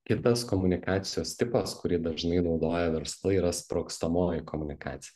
kitas komunikacijos tipas kurį dažnai naudoja verslai yra sprogstamoji komunikacija